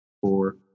four